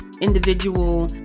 individual